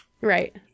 Right